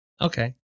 Okay